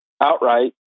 outright